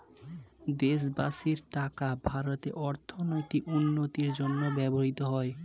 দেশবাসীর টাকা ভারতের অর্থনৈতিক উন্নতির জন্য ব্যবহৃত হয়